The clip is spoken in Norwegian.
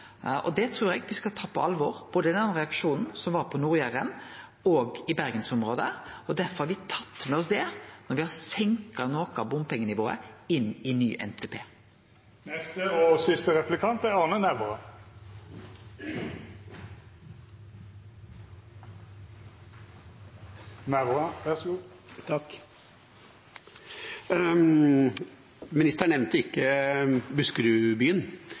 Det trur eg me skal ta på alvor, både den reaksjonen på Nord-Jæren og den i Bergensområdet. Derfor har me tatt med oss det når me har senka noko av bompengenivået i ny NTP. Ministeren nevnte ikke Buskerud-byen. Det er